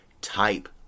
type